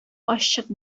ачык